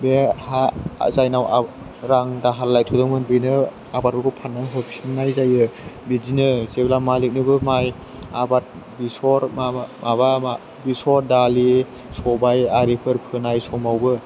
बे हा जायनाव रां दाहार लायथ'दोंमोन बेनो आबादफोरखौ फाननो होफिननाय जायो बिदिनो जेब्ला मालिकनोबो माइ आबाद बेसर बा माबा बेसर दालि सबाय आरिफोर फोनाय समावबो